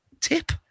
tip